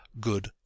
good